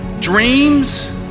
Dreams